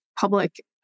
public